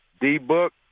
D-Book